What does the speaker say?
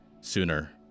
sooner